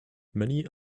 many